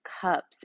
cups